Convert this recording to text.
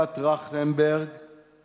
בוועדת-טרכטנברג